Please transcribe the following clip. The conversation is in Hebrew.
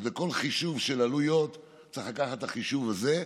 אז בכל חישוב של עלויות צריך לעשות את החישוב הזה.